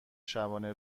شبانه